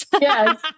Yes